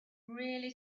really